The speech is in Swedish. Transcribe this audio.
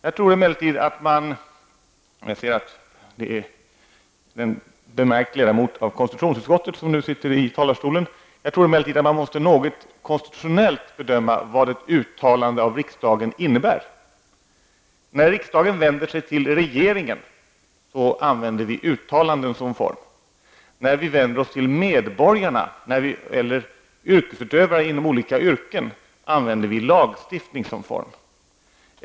Jag tror emellertid att man konstitutionellt -- jag ser att det är en bemärkt ledamot av konstitutionsutskottet som nu sitter i talmansstolen -- måste bedöma vad ett uttalande av riskdagen innebär. När riksdagen vänder sig till regeringen, använder vi uttalanden som form. När vi vänder oss till medborgarna eller till yrkesutövare inom olika yrken, använder vi lagstiftning som form.